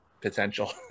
potential